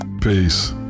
Peace